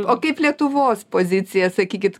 o kaip lietuvos pozicija sakykit